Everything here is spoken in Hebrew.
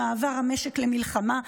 עם מעבר המשק למלחמה,